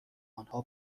آنها